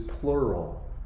plural